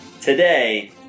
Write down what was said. today